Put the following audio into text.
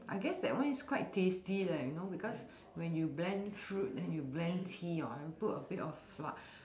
I guess that one is quite tasty leh you know because when you blend fruit then you blend tea and put a bit of flow~